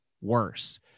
worse